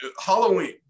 Halloween